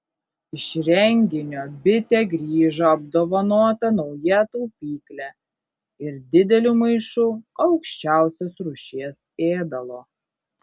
iš renginio bitė grįžo apdovanota nauja taupykle ir dideliu maišu aukščiausios rūšies ėdalo